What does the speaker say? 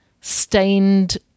stained